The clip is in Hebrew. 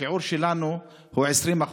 השיעור שלנו הוא 20%,